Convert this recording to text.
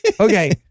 okay